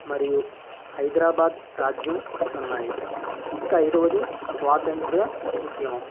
మరియు హైదరాబాద్ రాజ్యం ఉన్నాయి ఇక ఐదవది స్వాతంత్య్ర ఉద్యమం